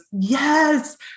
yes